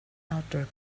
outdoor